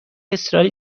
اصراری